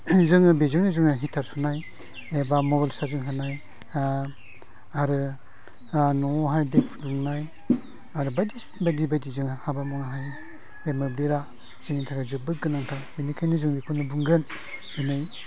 जोङो बेजोंनो जोङो हिटार सुनाय एबा मबाइल सारजिं होनाय आरो न'आवहाय दै फुदुंनाय आरो बायदि बायदि जोङो हाबा मावनो हायो बे मोब्लिबा जोंनि थाखाय जोबोद गोनांथार बेनिखायनो जों बेखौनो बुंगोन दिनै